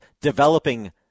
developing